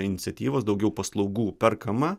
iniciatyvos daugiau paslaugų perkama